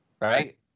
right